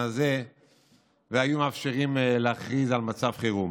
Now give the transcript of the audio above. הזה והיו מאפשרים להכריז על מצב חירום.